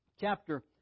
Chapter